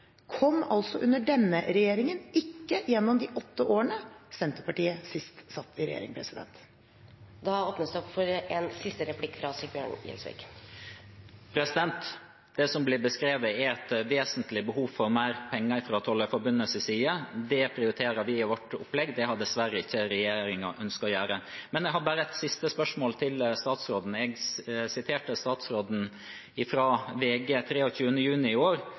under denne regjeringen, ikke i de åtte årene Senterpartiet sist satt i regjering. Det som blir beskrevet, er et vesentlig behov for mer penger fra Tollerforbundets side. Det prioriterer vi i vårt opplegg – det har dessverre ikke regjeringen ønsket å gjøre. Jeg har bare et siste spørsmål til statsråden. Jeg siterte tidligere statsråden fra VG den 23. juni i år,